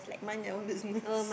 mind your own business